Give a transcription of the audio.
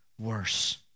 worse